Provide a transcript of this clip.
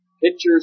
pictures